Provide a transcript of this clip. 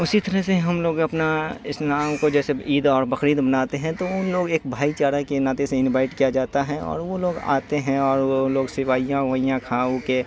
اسی طرح سے ہم لوگ اپنا اسلام کو جیسے عید اور بقرعید مناتے ہیں تو وہ لوگ ایک بھائی چارہ کے ناطے سے انوائٹ کیا جاتا ہے اور وہ لوگ آتے ہیں اور وہ لوگ سوئیاں اوئیاں کھا او کے